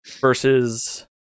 versus